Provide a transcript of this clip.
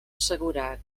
assegurar